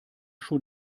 schon